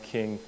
King